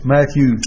Matthew